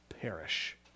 perish